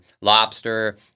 lobster